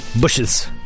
Bushes